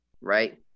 Right